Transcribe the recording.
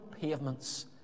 pavements